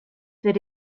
that